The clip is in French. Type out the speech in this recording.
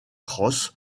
crosse